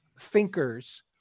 thinkers